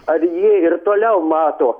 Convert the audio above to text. ar jie ir toliau mato